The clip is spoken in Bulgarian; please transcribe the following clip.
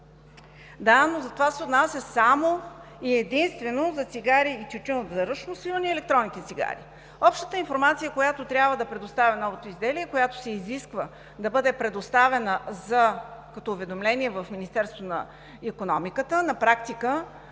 Да, но това се отнася само и единствено за цигари и тютюн за ръчно свиване и електронните цигари. Общата информация, която трябва да предоставя новото изделие, която се изисква да бъде предоставена като уведомление в Министерството на икономиката на практика